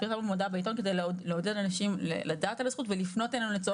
מודעה על מנת לעודד אנשים לדעת על הזכות ולפנות אלינו לצורך מימושה.